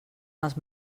els